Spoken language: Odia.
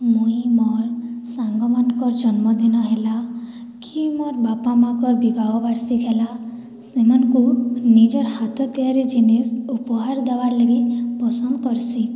ମୁଇଁ ମୋର ସାଙ୍ଗମାନଙ୍କର ଜନ୍ମଦିନ ହେଲା କି ମୋର ବାପା ମାଆଙ୍କର ବିବାହ ବାର୍ଷିକ୍ ହେଲା ସେମାନଙ୍କୁ ନିଜର୍ ହାତ ତିଆରି ଜିନିଷ୍ ଉପହାର ଦେବାର୍ ଲାଗି ପସନ୍ଦ କରସି